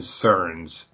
concerns